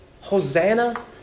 Hosanna